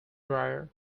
dryer